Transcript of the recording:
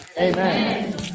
Amen